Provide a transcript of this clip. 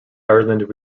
ireland